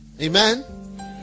amen